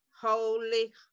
holy